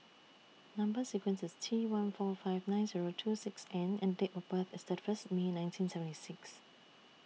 Number sequence IS T one four five nine Zero two six N and Date of birth IS thirty First May nineteen seventy six